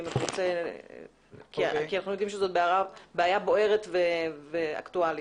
אנחנו יודעים שזו בעיה בוערת ואקטואלית.